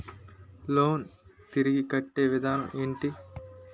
Loan తిరిగి కట్టే విధానం ఎంటి?